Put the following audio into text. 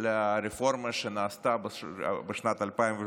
לרפורמה שנעשתה בשנת 2016,